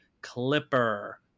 Clipper